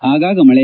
ಆಗಾಗ ಮಳೆ